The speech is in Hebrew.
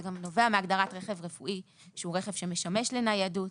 זה גם נובע מהגדרת רכב רפואי שהוא רכב שמשמש לניידות.